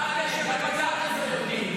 כי ידעתם שיש משפחות שרוצות את זה.